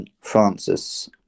Francis